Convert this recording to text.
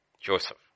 Joseph